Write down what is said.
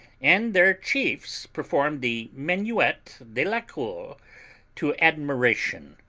and their chiefs performed the minuet de la cour to admiration.